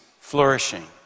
flourishing